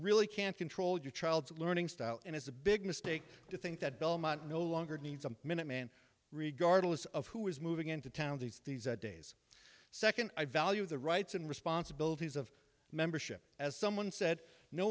really can't control your child's learning style and it's a big mistake to think that belmont no longer needs a minute man regardless of who is moving into town these days second i value the rights and responsibilities of membership as someone said no